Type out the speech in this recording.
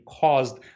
caused